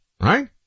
right